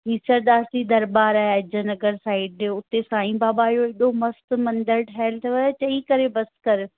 फिचरदास जी दरबार आहे अजय नगर साइड हुते साई बाबा जो एॾो मस्तु मंदिर ठहियल अथव चई करे बसि कर